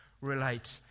relate